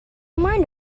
mind